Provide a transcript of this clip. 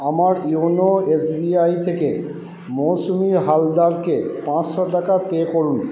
আমার YONO SBI থেকে মৌসুমি হালদারকে পাঁচশো টাকা পে করুন